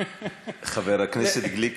חבר הכנסת גליק,